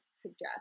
suggest